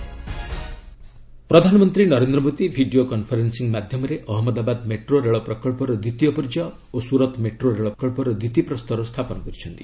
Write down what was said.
PM rail project ପ୍ରଧାନମନ୍ତ୍ରୀ Narendra Modi video conferencing ମାଧ୍ୟମରେ Ahmedabad metro ରେଳ ପ୍ରକଳ୍ପର ଦ୍ୱିତୀୟ ପର୍ଯ୍ୟାୟ ଓ ସୂରତ୍ ମେଟ୍ରୋ ରେଳ ପ୍ରକଳ୍ପର ଭିତ୍ତିପ୍ରସ୍ତର ସ୍ଥାପନ କରିଛନ୍ତି